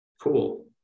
cool